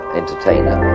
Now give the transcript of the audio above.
entertainer